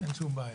אין שום בעיה.